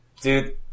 dude